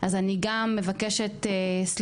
אז אני גם מבקשת סליחה,